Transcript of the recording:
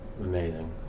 Amazing